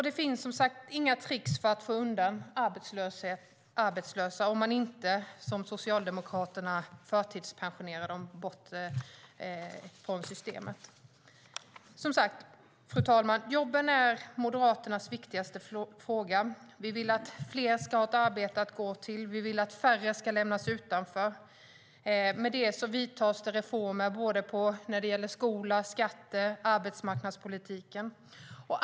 Det finns som sagt inga trick för att få undan arbetslösa om man inte, som Socialdemokraterna, förtidspensionerar dem bort från systemet. Fru talman! Jobben är Moderaternas viktigaste fråga. Vi vill att fler ska ha ett arbete att gå till. Vi vill att färre ska lämnas utanför. Därför görs det reformer när det gäller skola, skatter och arbetsmarknadspolitiken.